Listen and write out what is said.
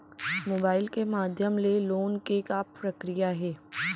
Mobile के माधयम ले लोन के का प्रक्रिया हे?